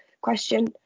question